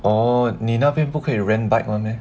哦你那边不可以 rent bike [one] meh